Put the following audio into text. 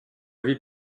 vie